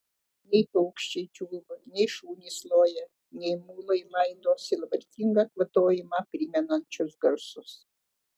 nei paukščiai čiulba nei šunys loja nei mulai laido sielvartingą kvatojimą primenančius garsus